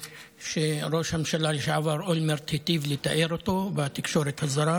שראש הממשלה לשעבר אולמרט היטיב לתאר אותו בתקשורת הזרה.